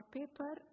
paper